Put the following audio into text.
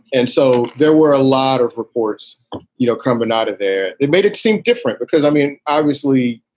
and so there were a lot of reports you know coming out of there. it made it seem different because, i mean, obviously,